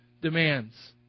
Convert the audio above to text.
demands